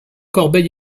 corbeil